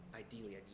ideally